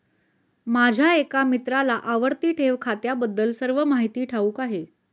माझ्या एका मित्राला आवर्ती ठेव खात्याबद्दल सर्व माहिती ठाऊक आहे